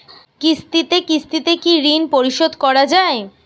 কিস্তিতে কিস্তিতে কি ঋণ পরিশোধ করা য়ায়?